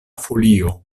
folio